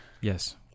yes